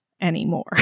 anymore